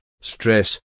stress